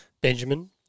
Benjamin